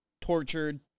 Tortured